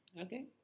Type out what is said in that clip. okay